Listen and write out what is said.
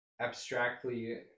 abstractly